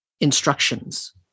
instructions